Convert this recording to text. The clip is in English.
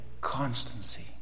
constancy